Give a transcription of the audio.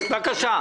בבקשה.